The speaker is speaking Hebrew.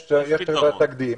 יש תקדים,